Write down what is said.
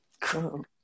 Cool